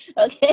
Okay